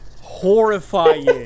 Horrifying